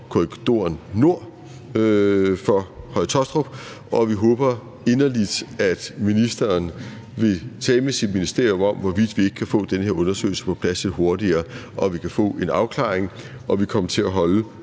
korridoren nord for Høje-Taastrup, og vi håber inderligt, at ministeren vil tale med sit ministerium om, hvorvidt vi ikke kan få den her undersøgelse på plads lidt hurtigere, og at vi kan få en afklaring og komme til at holde